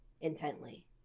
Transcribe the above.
intently